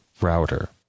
router